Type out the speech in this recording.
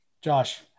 josh